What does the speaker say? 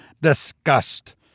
disgust